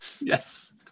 Yes